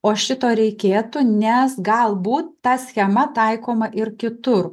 o šito reikėtų nes gal būt ta schema taikoma ir kitur